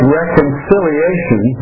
reconciliation